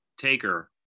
Taker